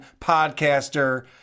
podcaster